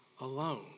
alone